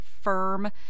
firm